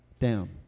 down